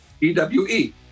E-W-E